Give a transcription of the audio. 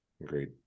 Agreed